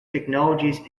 technologies